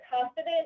confident